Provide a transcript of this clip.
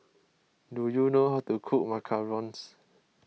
do you know how to cook Macarons